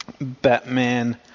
Batman